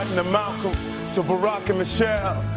and malcolm to barack and michelle,